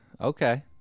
Okay